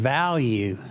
value